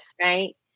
right